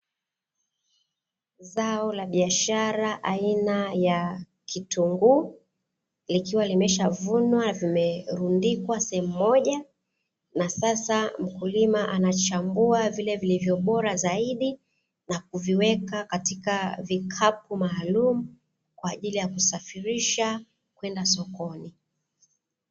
Zao la biashara aina ya kitunguu likiwa limeshavunwa limerundikwa sehemu mmoja. Na sasa mkulima anachambua vile vilivyobora zaidi na kuviweka katika vikapu maalumu kwaajili ya kuvisafirisha kwenda sokoni.